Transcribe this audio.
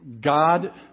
God